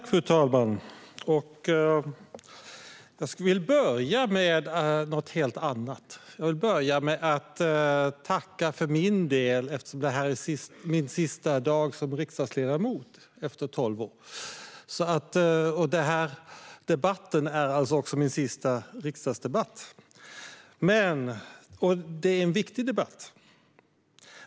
Fru talman! Jag vill börja med något helt annat. Jag vill börja med att tacka eftersom det här är min sista dag som riksdagsledamot efter tolv år. Den här debatten är också min sista riksdagsdebatt. Det här är en viktig debatt.